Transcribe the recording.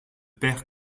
peyre